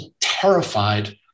terrified